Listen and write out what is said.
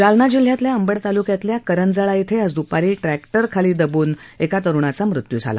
जालना जिल्ह्यातल्या अंबड तालुक्यातल्या करंजळा इथं आज द्पारी ट्रॅक्टरखाली दबून एकाचा मृत्यू झाला